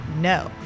No